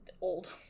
old